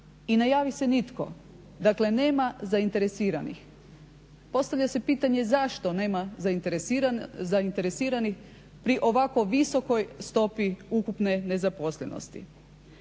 i ne javi se nitko, dakle nema zainteresiranih. Postavlja se pitanje zašto nema zainteresiranih pri ovako visokoj stopi ukupne nezaposlenosti?